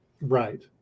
right